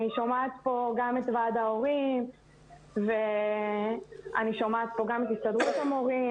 אני שומעת פה גם את ועד ההורים ואני שומעת פה גם את הסתדרות המורים,